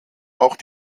auch